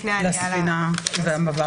מדובר